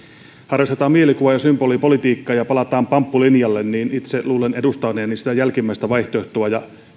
symbolipolitiikkaa ja palataan pamppulinjalle niin itse luulen edustaneeni sitä jälkimmäistä vaihtoehtoa